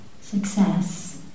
success